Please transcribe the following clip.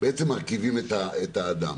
מרכיבים את האדם.